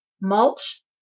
mulch